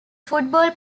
football